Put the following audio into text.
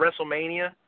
WrestleMania